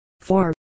Four